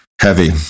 heavy